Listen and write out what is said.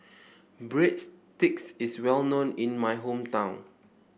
breadsticks is well known in my hometown